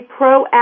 proactive